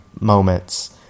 moments